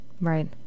Right